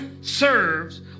serves